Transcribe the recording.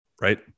Right